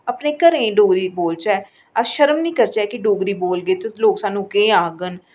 अपने घरें डोगरी बोलचै अस शर्म नीं करचै डोगरी बोलगे ते लोक स्हानूं केह् आखङन